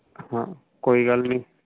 ਹਾਂ ਕੋਈ ਗੱਲ ਨਹੀਂ